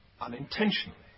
Unintentionally